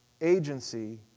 agency